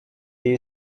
you